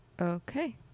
okay